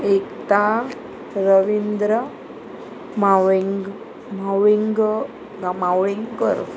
Ekta Ravindra Maling Maling Malengkar